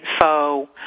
info